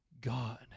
God